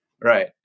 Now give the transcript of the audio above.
Right